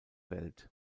welt